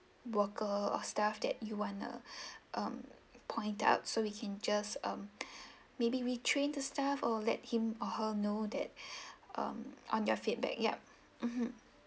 worker or staff that you want uh um point out so we can just um maybe re-train the staff or let him or her know that um on your feedback yup mmhmm